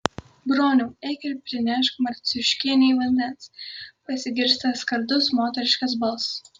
broniau eik ir prinešk marciuškienei vandens pasigirsta skardus moteriškas balsas